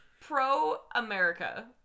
Pro-America